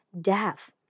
death